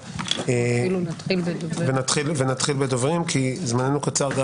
ונתחיל בדוברים, כי זמננו קצר.